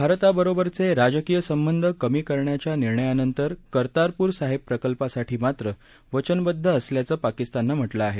भारताबरोबरचे राजकीय संबध कमी करण्याच्या नि र्णयानंतर कर्तारपूर साहिब प्रकल्पासाठी मात्र वचनबदध असल्याचं पाकिस्ताननं म्हटलं आहे